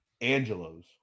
Angelos